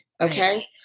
Okay